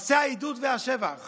מעשי העידוד והשבח